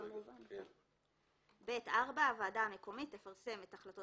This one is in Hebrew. המשך של פסקה (ב4): הוועדה המקומית תפרסם את החלטות